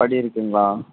படி இருக்குங்களா